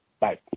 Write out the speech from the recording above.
Bye